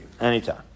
Anytime